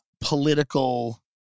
political